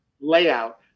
layout